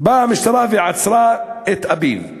באה המשטרה ועצרה את אביו.